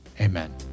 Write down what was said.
amen